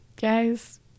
guys